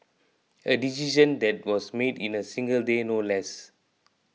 a decision that was made in a single day no less